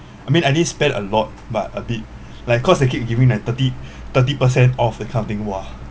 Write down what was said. I mean I didn't spend a lot but a bit like cause they keep giving the thirty thirty percent off that kind of thing !wah!